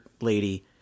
lady